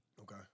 Okay